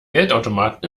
geldautomaten